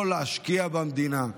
לא להשקיע במדינה,